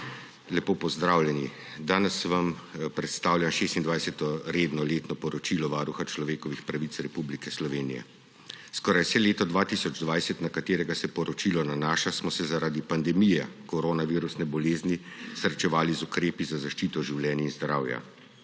lepo pozdravljeni! Danes vam predstavljam 26. redno letno poročilo Varuha človekovih pravic Republike Slovenije. Skoraj vse leto 2020, na katero se poročilo nanaša, smo se zaradi pandemije koronavirusne bolezni srečevali z ukrepi za zaščito življenja in zdravja.